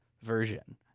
Version